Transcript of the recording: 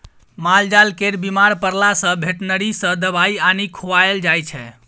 मालजाल केर बीमार परला सँ बेटनरी सँ दबाइ आनि खुआएल जाइ छै